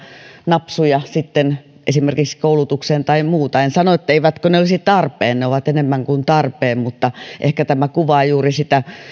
napsuja esimerkiksi koulutukseen tai muuta en sano että eivätkö ne olisi tarpeen ne ovat enemmän kuin tarpeen mutta ehkä tämä kuvaa juuri sitä